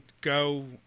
go